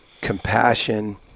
compassion